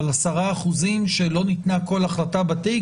אבל 10% שלא ניתנה כל החלטה בתיק,